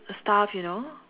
stuff you know